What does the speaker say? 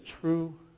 true